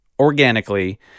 organically